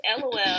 lol